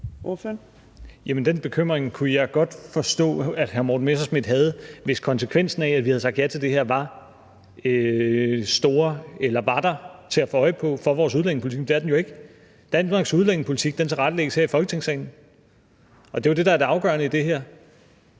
den bekymring kunne jeg godt forstå at hr. Morten Messerschmidt havde haft, hvis konsekvensen af, at vi havde sagt ja til det her, var til at få øje på for vores udlændingepolitik, men det er den jo ikke. Danmarks udlændingepolitik tilrettelægges her i Folketingssalen, og det er jo det, der er det afgørende i det her.